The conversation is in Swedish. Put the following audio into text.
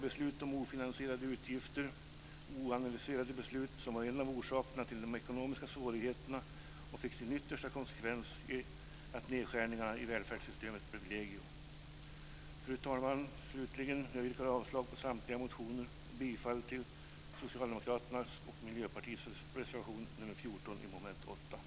Beslut om ofinansierade utgifter och oanalyserade ställningstaganden var en del av bakgrunden till de ekonomiska svårigheterna och fick som yttersta konsekvens att nedskärningarna i välfärdssystemet blev legio. Fru talman! Jag yrkar slutligen avslag på samtliga motioner och bifall till Socialdemokraternas och